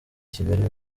kigali